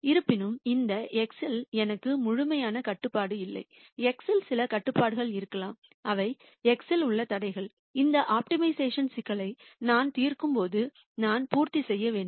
இருப்பினும் இந்த x இல் எனக்கு முழுமையான கட்டுப்பாடு இல்லை x இல் சில கட்டுப்பாடுகள் இருக்கலாம் அவை x இல் உள்ள தடைகள் இந்த ஆப்டிமைசேஷன் சிக்கலை நான் தீர்க்கும்போது நான் பூர்த்தி செய்ய வேண்டும்